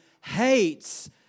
hates